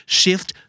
shift